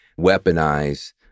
weaponize